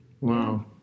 wow